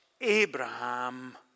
Abraham